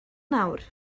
nawr